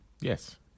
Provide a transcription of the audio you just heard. Yes